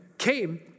came